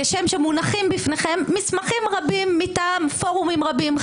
כשם שמונחים בפניכם מסמכים רבים מטעם פורומים רבים.